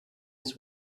its